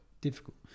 difficult